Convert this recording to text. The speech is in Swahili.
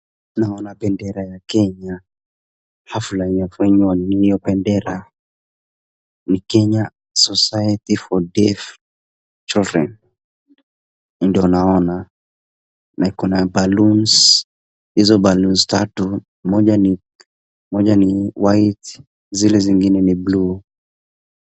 Naona bendera ya Kenya hafla inayofanywa hiyo bendera ni Kenya Society For Deaf Children ndo naona .Na iko na ballons na hizo ballons tatu moja ni white zile zingine ni blue .